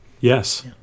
Yes